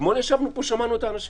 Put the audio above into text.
אתמול ישבנו פה ושמענו את האנשים.